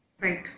Right